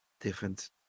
different